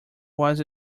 was